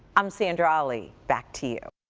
i'm sandra ali. back to you.